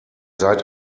seid